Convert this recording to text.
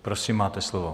Prosím, máte slovo.